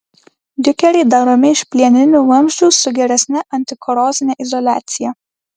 diukeriai daromi iš plieninių vamzdžių su geresne antikorozine izoliacija